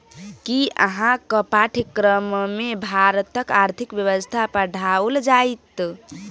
कि अहाँक पाठ्यक्रममे भारतक आर्थिक व्यवस्था पढ़ाओल जाएत?